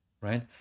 right